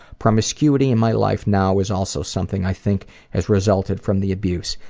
promiscuity in my life now is also something i think has resulted from the abuse.